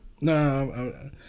No